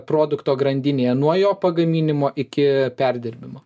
produkto grandinėje nuo jo pagaminimo iki perdirbimo